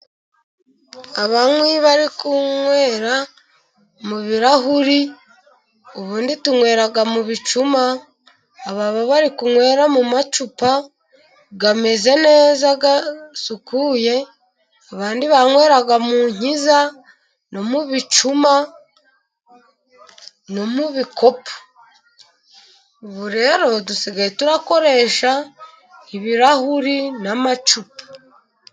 Abanywi bari kunywera mu birarahuri, ubundi tunywera mu bicuma, aba bo bari kunywera mu macupa ameze neza, asukuye, banyweraga mu nkiza, no mu bicuma, no mu bikopo. Ubu rero dusigaye dukoresha ibirahuri n'amacupa.